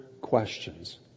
questions